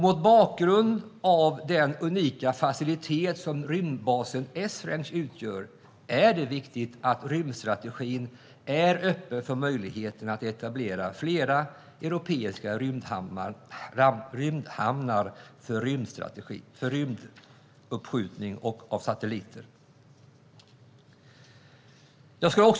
Mot bakgrund av den unika facilitet som rymdbasen Esrange utgör är det viktigt att rymdstrategin är öppen för möjligheten att etablera flera europeiska rymdhamnar för raketuppskjutning av satelliter.